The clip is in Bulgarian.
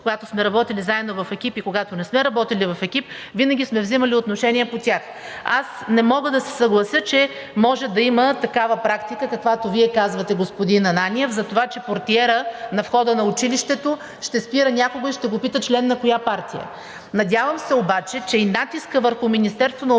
когато сме работили заедно в екип и когато не сме работили в екип, винаги сме взимали отношение по тях. Аз не мога да се съглася, че може да има такава практика, каквато Вие казвате, господин Ананиев, за това, че портиерът на входа на училището ще спира някого и ще го пита член на коя партия е. Надявам се обаче, че и натискът върху Министерството на